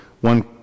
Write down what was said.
one